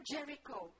Jericho